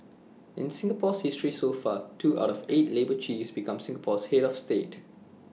in Singapore's history so far two out of eight labour chiefs became Singapore's Head of state